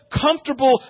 comfortable